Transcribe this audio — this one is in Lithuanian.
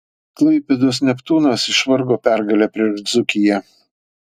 klaipėdos neptūnas išvargo pergalę prieš dzūkiją